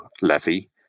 levy